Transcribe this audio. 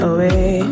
Away